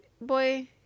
Boy